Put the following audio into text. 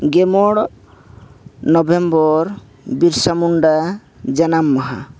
ᱜᱮᱢᱚᱬ November Birsa Munda ᱡᱟᱱᱟᱢ ᱢᱟᱦᱟ